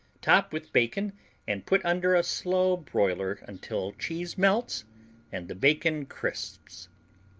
top with bacon and put under a slow broiler until cheese melts and the bacon crisps.